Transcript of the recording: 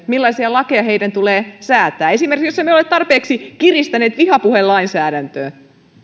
millaisia lakeja jäsenvaltioiden tulee säätää esimerkiksi jos emme ole tarpeeksi kiristäneet vihapuhelainsäädäntöä